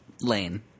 Lane